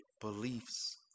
beliefs